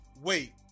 Wait